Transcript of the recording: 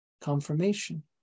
confirmation